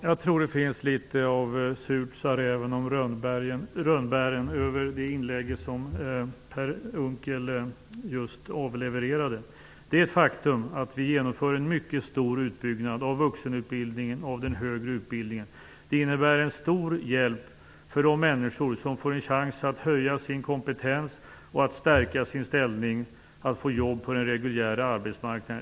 Fru talman! Jag tror att det över det inlägg som Per Unckel nyss levererade finns litet grand av detta med surt sade räven om rönnbären. Det är ett faktum att vi genomför en mycket stor utbyggnad av vuxenutbildningen och den högre utbildningen. Det innebär en stor hjälp för de människor som därmed får en chans att höja sin kompetens och att stärka sin ställning när det gäller att få jobb på den reguljära arbetsmarknaden.